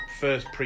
first